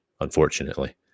unfortunately